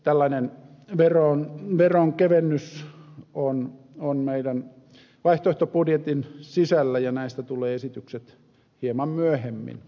tällainen veronkevennys on meidän vaihtoehtobudjetin sisällä ja näistä tulee esitykset hieman myöhemmin